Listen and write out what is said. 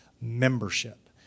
membership